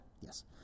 Yes